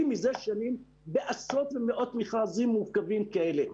מזה שנים בעשרות ומאות מכרזים מורכבים כאלה.